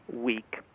week